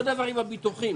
אותו הדבר עם הביטוחים.